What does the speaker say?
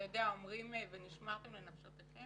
אתה יודע, אומרים ונשמרתם לנפשותיכם